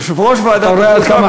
יושב-ראש ועדת החוץ והביטחון,